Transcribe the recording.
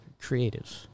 creative